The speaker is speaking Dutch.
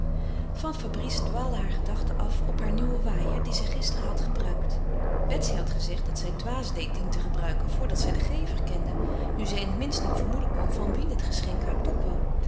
van fabrice dwaalden hare gedachten af op haar nieuwen waaier dien zij gisteren had gebruikt betsy had haar gezegd dat zij dwaas deed dien te gebruiken voordat zij den gever kende nu zij in het minst niet vermoeden kon van wien het geschenk haar toekwam